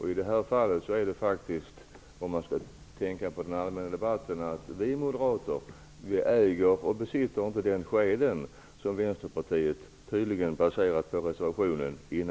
I detta fall har vi moderater inte den sked som Vänsterpartiet tydligen besitter, efter vad man kan utläsa av reservationen och den allmänna debatten.